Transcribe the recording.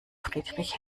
friedrich